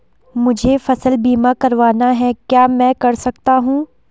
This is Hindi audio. मुझे फसल बीमा करवाना है क्या मैं कर सकता हूँ?